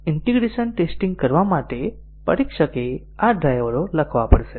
integration testing કરવા માટે પરીક્ષકે આ ડ્રાઇવરો લખવા પડશે